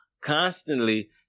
constantly